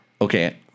Okay